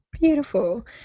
Beautiful